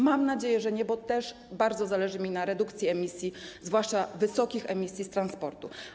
Mam nadzieję, że nie, bo też bardzo zależy mi na redukcji emisji, zwłaszcza wysokich emisji z transportu.